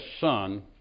son